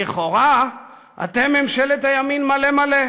לכאורה אתם ממשלת הימין מלא-מלא,